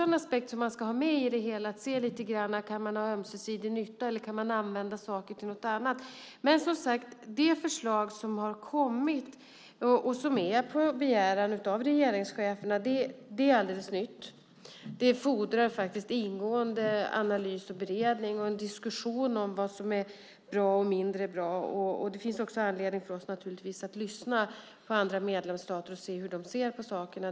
En aspekt som man också ska ha med är om man kan ha ömsesidig nytta av det eller kan man använda saker till något annat. Det förslag som har kommit på begäran av regeringscheferna är alldeles nytt. Det fordrar en ingående analys och beredning och en diskussion om vad som är bra och mindre bra. Det finns också anledning för oss att lyssna på andra medlemsstater och höra hur de ser på sakerna.